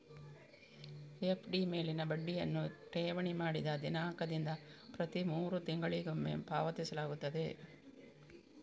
FD ಮೇಲಿನ ಬಡ್ಡಿಯನ್ನು ಠೇವಣಿ ಮಾಡಿದ ದಿನಾಂಕದಿಂದ ಪ್ರತಿ ಮೂರು ತಿಂಗಳಿಗೊಮ್ಮೆ ಪಾವತಿಸಲಾಗುತ್ತದೆ